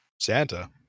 Santa